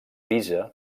pisa